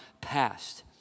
past